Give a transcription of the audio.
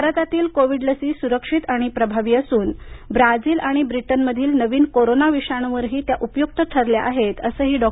भारतातील कोविड लसी सुरक्षित आणि प्रभावी असून ब्राझील आणि ब्रिटन मधील नवीन कोरोना विषाणू वरही त्या उपयुक्त ठरल्या आहेत असंही डॉ